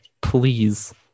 please